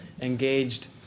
engaged